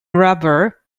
rubber